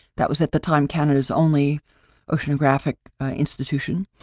that was at the time, canada's only oceanographic institution.